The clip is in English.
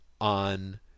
on